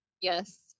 yes